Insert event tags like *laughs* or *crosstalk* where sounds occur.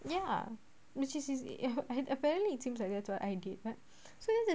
ya which it's is *laughs* apparently it seems like that's I did but so that's the thing